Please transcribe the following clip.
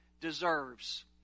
deserves